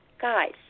Guys